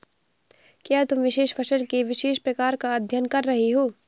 क्या तुम विशेष फसल के विशेष प्रकार का अध्ययन कर रहे हो?